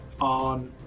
on